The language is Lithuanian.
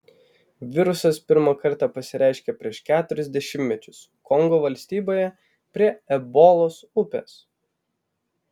virusas pirmą kartą pasireiškė prieš keturis dešimtmečius kongo valstybėje prie ebolos upės